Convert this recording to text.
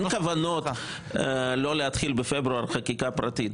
אין כוונות שלא להתחיל בפברואר חקיקה פרטית,